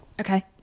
okay